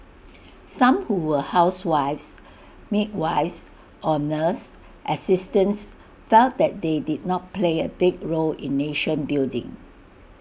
some who were housewives midwives or nurse assistants felt that they did not play A big role in nation building